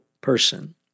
person